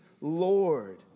Lord